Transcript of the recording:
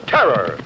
Terror